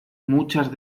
muchas